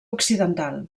occidental